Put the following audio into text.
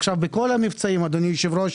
עכשיו, בכל המבצעים, אדוני היושב-ראש,